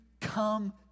come